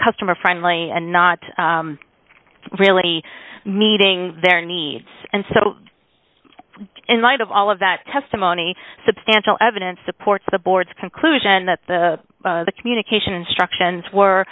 customer friendly and not really meeting their needs and so in light of all of that testimony substantial evidence supports the board's conclusion that the communication instructions were